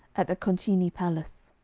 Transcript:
at the concini palace